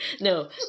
No